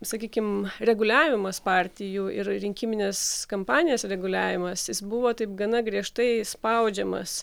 sakykim reguliavimas partijų ir rinkiminės kampanijos reguliavimas jis buvo taip gana griežtai spaudžiamas